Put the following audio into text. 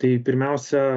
tai pirmiausia